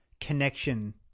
connection